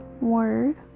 word